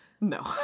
No